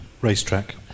racetrack